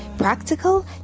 practical